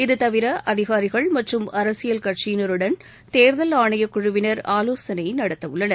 இது தவிர அதிகாரிகள் மற்றம் அரசியல் கட்சியினருடன் தேர்தல் ஆணையக் குழுவினர் ஆலோசனை நடத்தவுள்ளனர்